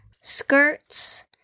skirts